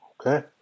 Okay